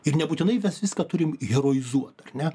ir nebūtinai mes viską turim heroizuot ar ne